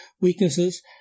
weaknesses